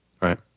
Right